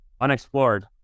unexplored